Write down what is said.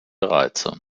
reize